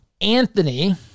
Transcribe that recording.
Anthony